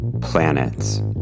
planets